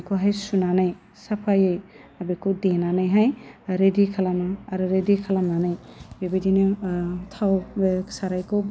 बेखौहाय सुनानै साफायै बेखौ देनानैहाय रेडि खालामो आरो रेडि खालामनानै बेबायदिनो थाव साराइखौ